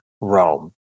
Rome